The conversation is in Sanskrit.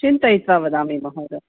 चिन्तयित्वा वदामि महोदय